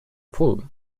prouve